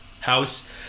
house